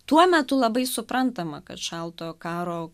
tuo metu labai suprantama kad šaltojo karo